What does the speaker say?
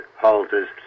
holders